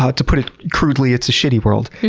ah to put it crudely, it's a shitty world.